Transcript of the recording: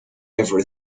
ever